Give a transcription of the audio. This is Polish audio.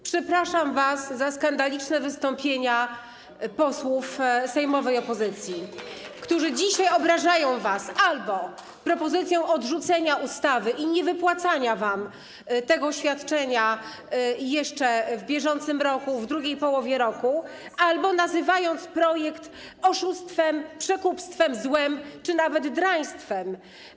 Przepraszam was za skandaliczne wystąpienia posłów sejmowej opozycji, którzy dzisiaj obrażają was albo propozycją odrzucenia ustawy i niewypłacania wam tego świadczenia jeszcze w bieżącym roku, w drugiej połowie roku, albo nazywając projekt oszustwem, przekupstwem, złem czy nawet draństwem.